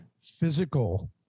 physical